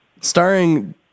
starring